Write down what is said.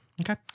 Okay